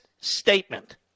statement